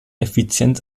effizienz